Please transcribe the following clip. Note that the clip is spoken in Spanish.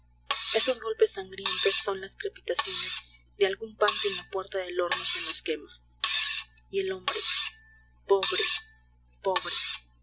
esos golpes sangrientos son las crepitaciones de algún pan que en la puerta del horno se nos quema y el hombre pobre pobre